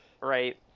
Right